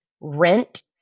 Rent